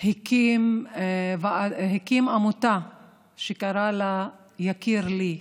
הקים עמותה וקרא לה "יקיר לי",